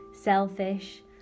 selfish